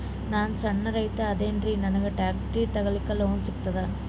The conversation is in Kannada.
ನಾನ್ ಸಣ್ ರೈತ ಅದೇನೀರಿ ನನಗ ಟ್ಟ್ರ್ಯಾಕ್ಟರಿ ತಗಲಿಕ ಲೋನ್ ಸಿಗತದ?